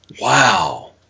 Wow